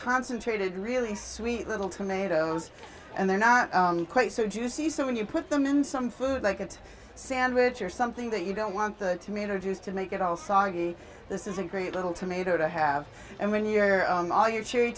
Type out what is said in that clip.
concentrated really sweet little tomatoes and they're not quite so juicy so when you put them in some food like a sandwich or something that you don't want the tomato juice to make it all soggy this is a great little tomato to have and when you're all your cherry